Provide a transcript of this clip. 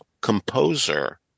composer